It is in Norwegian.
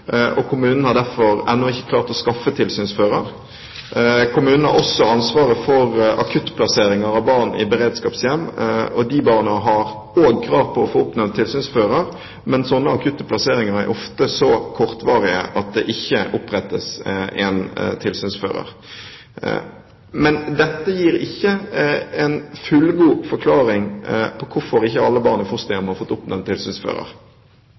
og kommunen har derfor ennå ikke klart å skaffe tilsynsfører. Kommunen har også ansvaret for akuttplassering av barn i beredskapshjem, og disse barna har også krav på å få oppnevnt tilsynsfører. Slike akutte plasseringer er ofte så kortvarige at det ikke opprettes en tilsynsfører. Men dette gir ikke en fullgod forklaring på hvorfor ikke alle barn i fosterhjem har fått oppnevnt